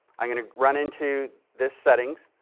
i'm going to run into the settings,